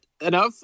enough